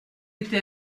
été